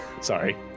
Sorry